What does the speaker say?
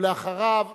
ואחריו,